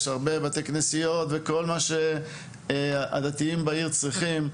יש הרבה בתי כנסת וכל מה שהדתיים בעיר צריכים.